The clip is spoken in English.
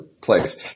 place